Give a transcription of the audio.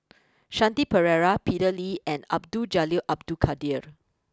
Shanti Pereira Peter Lee and Abdul Jalil Abdul Kadir